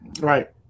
Right